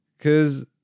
Cause